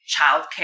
childcare